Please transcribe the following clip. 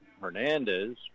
Hernandez